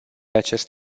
acest